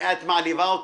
את מעליבה אותי.